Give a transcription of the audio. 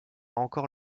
encore